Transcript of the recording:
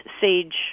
sage